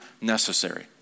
necessary